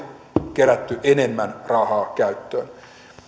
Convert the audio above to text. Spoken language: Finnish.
kerätty enemmän rahaa käyttöön